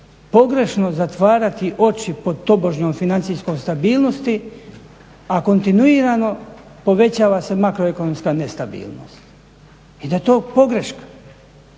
pogrešno zatvarati oči pod tobožnjom financijskom stabilnosti, a kontinuirano povećava se makroekonomska nestabilnost i da je to pogreška.